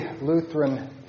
Lutheran